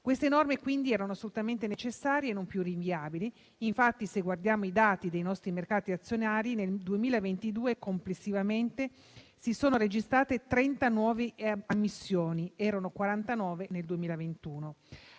erano quindi assolutamente necessarie e non più rinviabili. Infatti, se guardiamo i dati dei nostri mercati azionari, nel 2022 complessivamente si sono registrate 30 nuove ammissioni (erano 49 nel 2021).